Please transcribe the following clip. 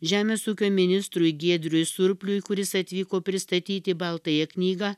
žemės ūkio ministrui giedriui surpliui kuris atvyko pristatyti baltąją knygą